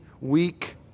weak